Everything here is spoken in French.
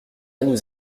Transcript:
nous